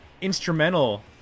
instrumental